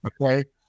Okay